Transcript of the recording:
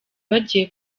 bagiye